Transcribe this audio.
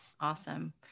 Awesome